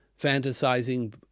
fantasizing